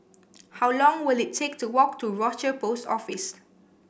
how long will it take to walk to Rochor Post Office